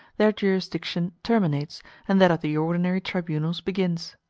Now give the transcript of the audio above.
their jurisdiction terminates and that of the ordinary tribunals begins.